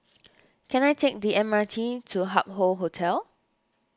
can I take the M R T to Hup Hoe Hotel